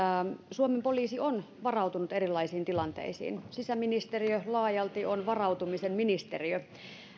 suomen poliisi on varautunut erilaisiin tilanteisiin sisäministeriö laajalti on varautumisen ministeriö